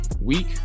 week